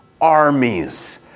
armies